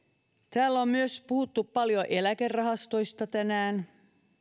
täällä on puhuttu paljon myös eläkerahastoista tänään